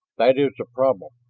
that is the problem,